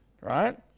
right